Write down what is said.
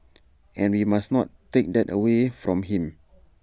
and we must not take that away from him